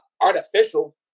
artificial